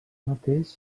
mateix